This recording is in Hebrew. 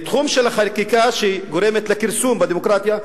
בתחום החקיקה שגורמת לכרסום בדמוקרטיה,